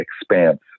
Expanse